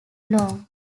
long